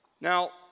Now